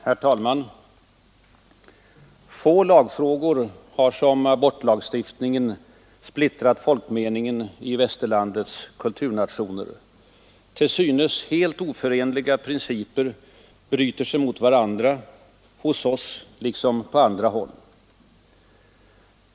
Herr talman! Få lagfrågor har som abortlagstiftningen splittrat folkmeningen i västerlandets kulturnationer. Till synes helt oförenliga principer bryter sig mot varandra, hos oss liksom på andra håll.